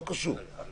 לא קשור.